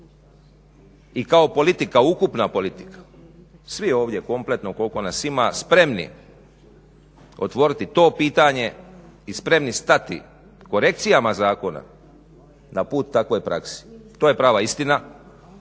i kao politika, ukupna politika svi ovdje kompletno koliko nas ima spremni otvoriti to pitanje i spremni stati korekcijama zakona na put takvoj praksi. To je prava istina